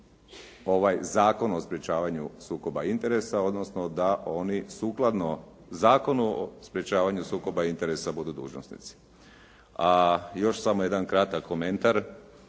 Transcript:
ovaj Zakon o sprječavanju sukoba interesa, odnosno da oni sukladno Zakonu o sprječavanju sukoba interesa budu dužnosnici. A još samo jedan kratak komentar